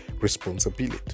responsibility